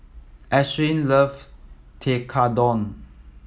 Ashlynn loves Tekkadon